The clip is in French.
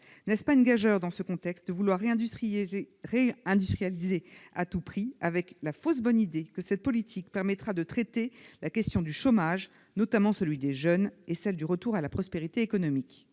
n'est-ce pas une gageure que de vouloir réindustrialiser à tout prix, avec la fausse bonne idée que cette politique permettra de traiter la question du chômage, notamment celui des jeunes, et celle du retour à la prospérité économique ?